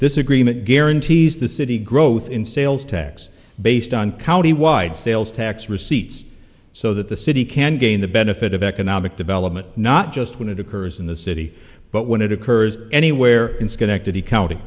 this agreement guarantees the city growth in sales tax based on county wide sales tax receipts so that the city can gain the benefit of economic development not just when it occurs in the city but when it occurs anywhere in schenectady county